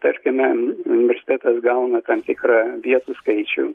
tarkime universitetas gauna tam tikrą vietų skaičių